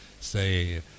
say